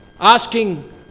Asking